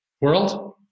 world